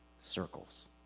circles